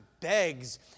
begs